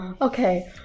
Okay